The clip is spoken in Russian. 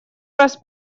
раз